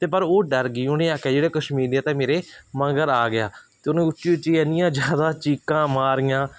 ਅਤੇ ਪਰ ਉਹ ਡਰ ਗਈ ਉਹਨੇ ਆਖਿਆ ਜਿਹੜਾ ਕਸ਼ਮੀਰੀਆ ਅਤੇ ਮੇਰੇ ਮਗਰ ਆ ਗਿਆ ਅਤੇ ਉਹਨੇ ਉੱਚੀ ਉੱਚੀ ਇੰਨੀਆਂ ਜ਼ਿਆਦਾ ਚੀਕਾਂ ਮਾਰੀਆਂ